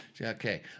Okay